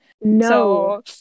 No